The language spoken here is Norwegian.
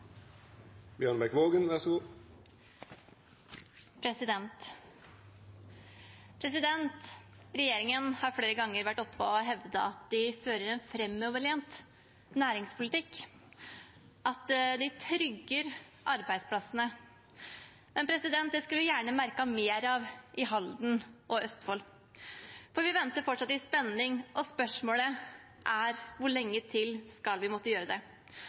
Regjeringen har flere ganger hevdet at de fører en framoverlent næringspolitikk, at de trygger arbeidsplassene. Men det skulle vi gjerne ha merket mer til i Halden og Østfold, for vi venter fortsatt i spenning, og spørsmålet er hvor mye lenger vi skal måtte gjøre det.